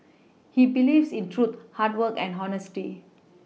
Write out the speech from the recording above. he believes in truth hard work and honesty